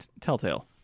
Telltale